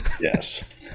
yes